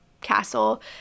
castle